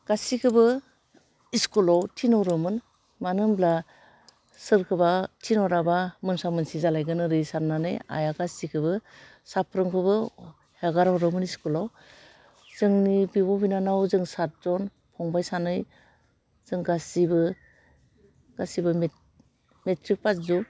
गासिखौबो इस्कुलाव थिनहरोमोन मानो होमब्ला सोरखौबा थिनहराबा मोनसा मोनसि जालायगोन ओरै साननानै आइया गासिखौबो साफ्रोमखौबो हेगारहरोमोन स्कुलाव जोंनि बिब' बिनानाव जों सातजन फंबाय सानै जों गासिबो गासिबो मेट्रिक फास जब